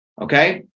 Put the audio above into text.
okay